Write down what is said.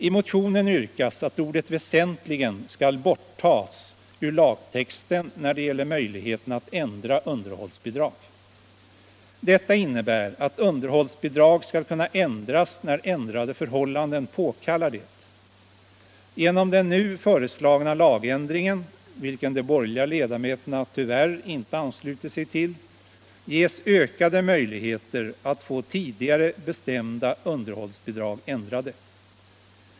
I motionen yrkas att ordet väsentligen skall borttas ur lagtexten när det gäller möjligheterna att ändra underhållsbidrag. Detta innebär att underhållsbidrag skall kunna ändras när ändrade förhållanden påkallar det. Genom den nu föreslagna lagändringen, vilken de borgerliga ledamöterna tyvärr inte anslutit sig till, ges ökade möjligheter att få tidigare bestämda underhållsbidrag ändrade.